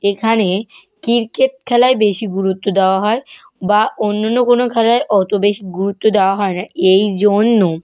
এখানে ক্রিকেট খেলায় বেশি গুরুত্ব দেওয়া হয় বা অন্য অন্য কোনো খেলায় অত বেশি গুরুত্ব দেওয়া হয় না এই জন্য